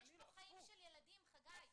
יש פה חיים של ילדים, חגי.